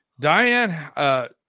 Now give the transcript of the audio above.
Diane